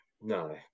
No